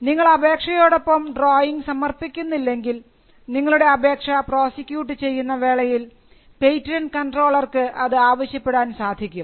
നിങ്ങൾ അപേക്ഷയോടൊപ്പം ഡ്രോയിംഗ് സമർപ്പിക്കുന്നില്ലെങ്കിൽ നിങ്ങളുടെ അപേക്ഷ പ്രൊസിക്യൂട്ട് ചെയ്യുന്ന വേളയിൽ പേറ്റന്റ് കൺട്രോളർക്ക് അത് ആവശ്യപ്പെടാൻ സാധിക്കും